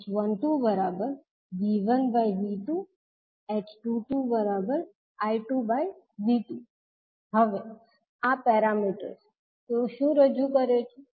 h12 V1V2 h22I2V2 હવે આ parameters તેઓ શું રજૂ કરે છે